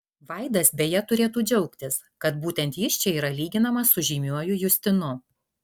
vaidas beje turėtų džiaugtis kad būtent jis čia yra lyginamas su žymiuoju justinu